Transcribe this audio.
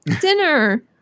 dinner